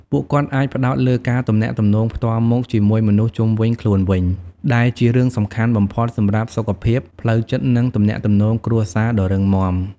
ពួកគាត់អាចផ្តោតលើការទំនាក់ទំនងផ្ទាល់មុខជាមួយមនុស្សជុំវិញខ្លួនវិញ ដែលជារឿងសំខាន់បំផុតសម្រាប់សុខភាពផ្លូវចិត្តនិងទំនាក់ទំនងគ្រួសារដ៏រឹងមាំ។